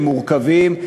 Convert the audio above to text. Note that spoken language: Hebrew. הם מורכבים.